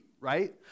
right